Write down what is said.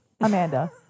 Amanda